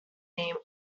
name